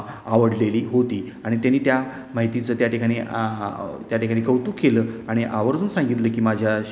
आवडलेली होती आणि त्यानी त्या माहितीचं त्याठिकाणी त्याठिकाणी कौतुक केलं आणि आवर्जून सांगितलं की माझ्या